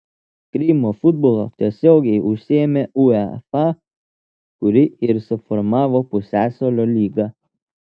krymo futbolu tiesiogiai užsiėmė uefa kuri ir suformavo pusiasalio lygą